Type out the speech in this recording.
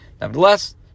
Nevertheless